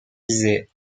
disait